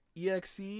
EXE